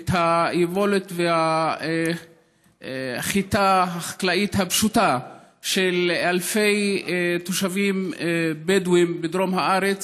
את היבול ואת החיטה החקלאית הפשוטה של אלפי תושבים בדואים בדרום הארץ.